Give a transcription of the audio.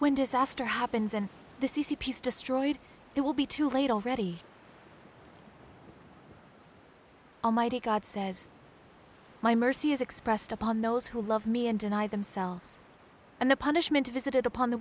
when disaster happens and the c c peace destroyed it will be too late already almighty god says my mercy is expressed upon those who love me and deny themselves and the punishment visited upon the